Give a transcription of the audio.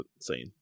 scene